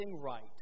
right